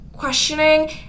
questioning